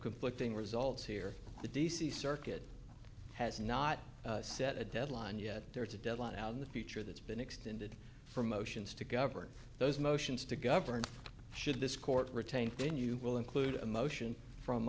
conflicting results here the d c circuit has not set a deadline yet there is a deadline out in the future that's been extended for motions to govern those motions to govern should this court retain then you will include a motion from